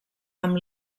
amb